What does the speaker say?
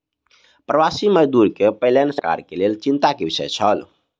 प्रवासी मजदूर के पलायन सरकार के लेल चिंता के विषय छल